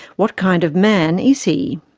what kind of man is he?